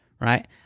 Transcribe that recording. Right